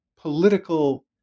political